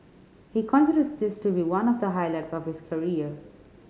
he considers this to be one of the highlights of his career